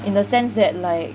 in the sense that like